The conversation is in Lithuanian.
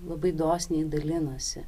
labai dosniai dalinosi